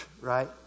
right